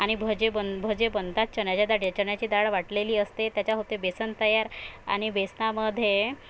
आणि भजे बन भजे बनतात चन्याच्या दाळी चन्याची दाळ वाटलेली असते त्याचा होते बेसन तयार आणि बेसनामध्ये